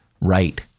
right